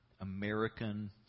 American